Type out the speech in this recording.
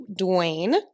Dwayne